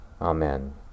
amen